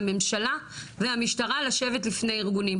לנשים,